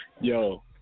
Yo